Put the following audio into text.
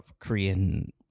Korean